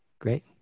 Great